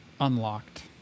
unlocked